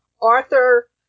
Arthur